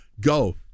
Go